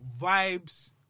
vibes